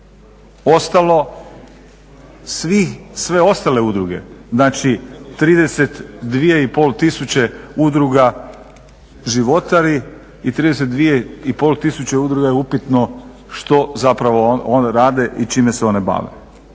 sve ostale udruge znači 32,5 tisuće udruga životari i 32,5 tisuće udruga je upitno što rade i čime se one bave.